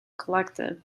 collective